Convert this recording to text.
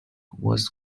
was